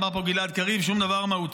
אמר פה גלעד קריב: שום דבר מהותי.